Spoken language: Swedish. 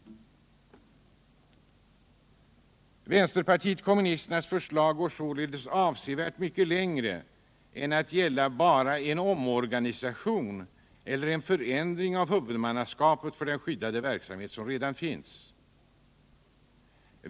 Vpk:s förslag går således avsevärt längre än till att gälla bara en omorganisation eller en förändring av huvudmannaskapet för den skyddade verksamhet som redan finns.